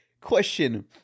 Question